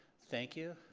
thank you.